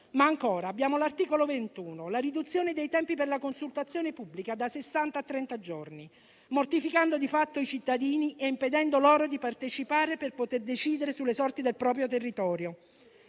Inoltre, all'articolo 21 è prevista la riduzione dei tempi per la consultazione pubblica da sessanta a trenta giorni, mortificando di fatto i cittadini e impedendo loro di partecipare per poter decidere sulle sorti del proprio territorio.